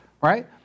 right